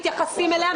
מתייחסים אליה,